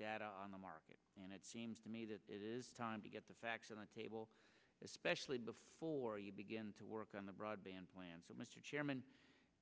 data on the market and it seems to me that it is time to get the facts on the table especially before you begin to work on the broadband plan so mr chairman